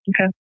Okay